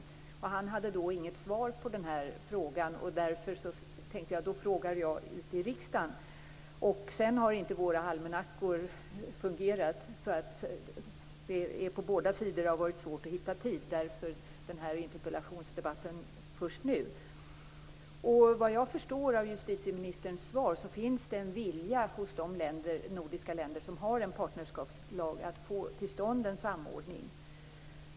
Han hade då inget svar på frågan. Därför tänkte jag att jag frågar i riksdagen. Sedan har inte våra almanackor fungerat, så att säga. Det har på båda sidor varit svårt att hitta tid. Därför kommer den här interpellationsdebatten först nu. Vad jag förstår av justitieministerns svar finns det en vilja hos de nordiska länder som har en partnerskapslag att få till stånd en samordning.